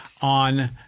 on